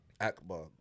Akbar